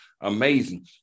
amazing